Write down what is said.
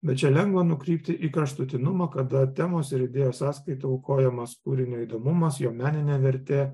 bet čia lengva nukrypti į kraštutinumą kada temos ir idėjos sąskaita aukojamas kūrinio įdomumas jo meninė vertė